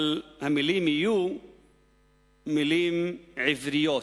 אבל המלים יהיו מלים עבריות.